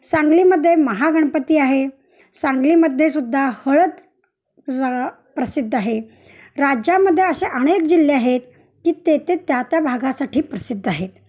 सांगलीमध्ये महागणपती आहे सांगलीमध्ये सुुद्धा हळद र प्रसिद्ध आहे राज्यामध्ये असे अनेक जिल्हे आहेत की तेथे त्या त्या भागासाठी प्रसिद्ध आहेत